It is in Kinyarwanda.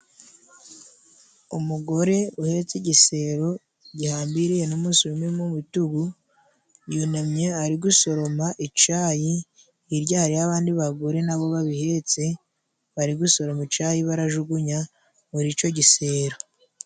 Umugore uhetse igisero gihambiriye n'umushumi mu bitugu. Yunamye ari gusoroma icayi. Hirya hariyo abandi bagore na bo babihetse, bari gusoroma. icayi, barajugunya muri ico gisero.